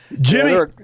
Jimmy